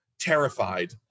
terrified